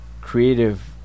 creative